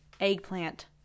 eggplant